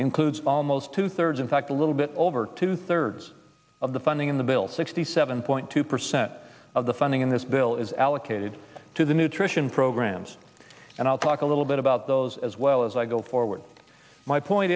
includes almost two thirds in fact a little bit over two thirds of the funding in the bill sixty seven point two percent of the funding in this bill is allocated to the nutrition programs and i'll talk a little bit about those as well as i go forward my point